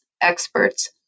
experts